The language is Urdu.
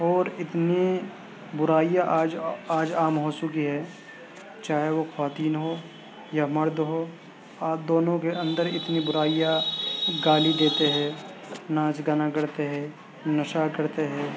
اور اتنی برائیاں آج آج عام ہو چکی ہے چاہے وہ خواتین ہو یا مرد ہو آج دونوں کے اندر اتنی برائیاں گالی دیتے ہیں ناچ گانا کرتے ہیں نشہ کرتے ہیں